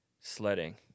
sledding